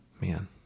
Man